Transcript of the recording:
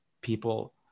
people